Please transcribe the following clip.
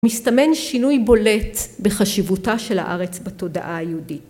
מסתמן שינוי בולט בחשיבותה של הארץ בתודעה היהודית.